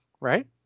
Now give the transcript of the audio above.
right